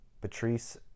Patrice